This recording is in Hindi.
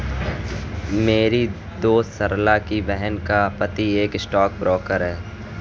मेरी दोस्त सरला की बहन का पति एक स्टॉक ब्रोकर है